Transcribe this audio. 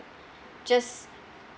just